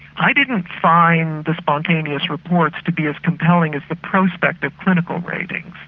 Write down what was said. i didn't find the spontaneous reports to be as compelling as the prospective clinical ratings.